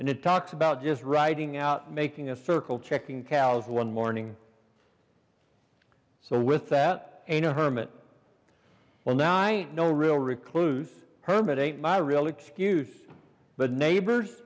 and it talks about just writing out making a circle checking cows one morning so with that ain't a hermit well now i ain't no real recluse hermit ain't my real excuse but neighbors